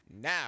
Now